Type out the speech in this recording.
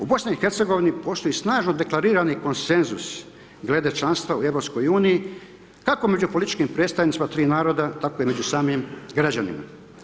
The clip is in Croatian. U BiH-u postoje snažno deklarirani konsenzus glede članstva u EU-u kako među političkim predstavnicima tri naroda tako i među samim građanima.